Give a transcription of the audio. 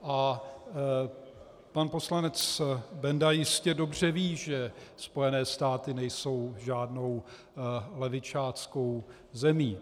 A pan poslanec Benda jistě dobře ví, že Spojené státy nejsou žádnou levičáckou zemí.